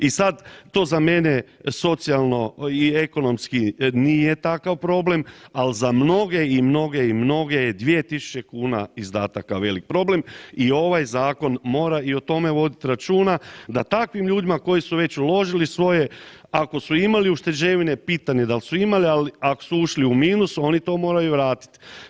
I sad to za mene socijalno i ekonomski nije takav problem, ali za mnoge i mnoge i mnoge je 2 tisuće kuna izdataka velik problem i ovaj zakon mora i o tome voditi računa da takvim ljudima koji su već uložili svoje, ako su imali ušteđevine, pitanje je da li su imali, ali ako su ušli u minus, oni to moraju vratiti.